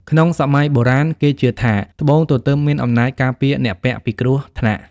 ក្នុងសម័យបុរាណ គេជឿថាត្បូងទទឹមមានអំណាចការពារអ្នកពាក់ពីគ្រោះថ្នាក់។